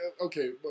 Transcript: Okay